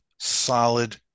solid